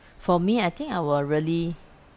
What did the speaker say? for me I think I will really